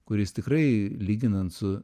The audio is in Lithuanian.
kuris tikrai lyginant su